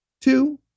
Two